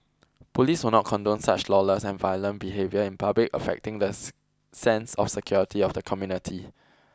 police will not condone such lawless and violent behaviour in public affecting the sense of security of the community